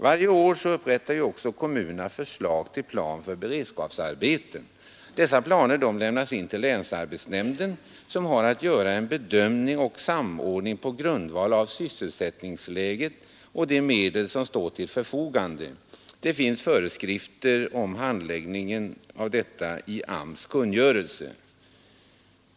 Varje år upprättar kommunerna förslag till plan för beredskapsarbeten. Dessa planer lämnas till länsarbetsnämnden som har att göra en bedömning och en samordning på grundval av sysselsättningsläget och de medel som står till förfogande. Föreskrifter om handläggningen av detta finns i AMS:s kungörelse.